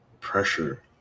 pressure